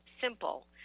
simple